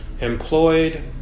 Employed